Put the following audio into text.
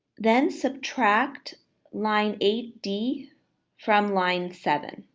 then subtract line eight d from line seven,